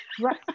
Right